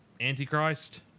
antichrist